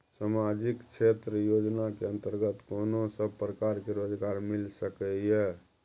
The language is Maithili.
सामाजिक क्षेत्र योजना के अंतर्गत कोन सब प्रकार के रोजगार मिल सके ये?